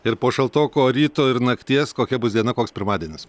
ir po šaltoko ryto ir nakties kokia bus diena koks pirmadienis